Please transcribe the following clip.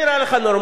זה נראה לך נורמלי?